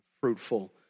fruitful